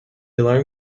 alarm